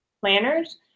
planners